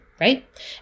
right